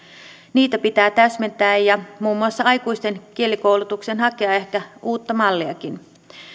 niitä pitää täsmentää ja muun muassa aikuisten kielikoulutukseen hakea ehkä uutta malliakin